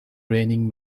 raining